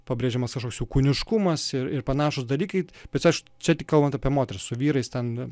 pabrėžiamas kažkoks jų kūniškumas ir ir panašūs dalykai bet aš čia tik kalbant apie moteris su vyrais ten